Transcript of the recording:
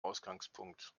ausgangspunkt